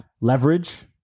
leverage